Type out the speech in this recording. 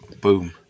Boom